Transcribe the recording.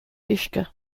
uisce